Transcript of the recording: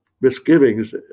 misgivings